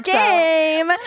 game